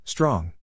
Strong